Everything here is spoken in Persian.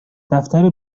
دفتر